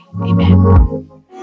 Amen